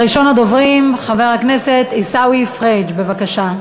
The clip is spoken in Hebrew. ראשון הדוברים, חבר הכנסת עיסאווי פריג', בבקשה.